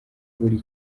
buri